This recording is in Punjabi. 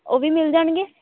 ਉਹ ਵੀ ਮਿਲ ਜਾਣਗੇ